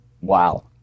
Wow